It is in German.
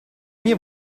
mir